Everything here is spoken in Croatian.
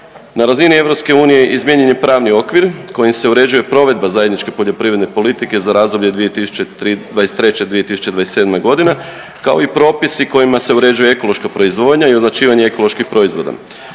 Na razini EU izmijenjen je pravni okvir kojim se uređuje provedba zajedničke poljoprivredne politike za razdoblje 2023.-2027.g., kao i propisi kojima se uređuje ekološka proizvodnja i označivanje ekoloških proizvoda.